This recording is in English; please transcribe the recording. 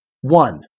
One